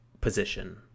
position